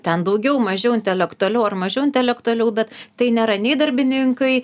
ten daugiau mažiau intelektualiau ar mažiau intelektualiau bet tai nėra nei darbininkai